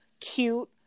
cute